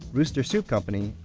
rooster soup company,